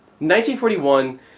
1941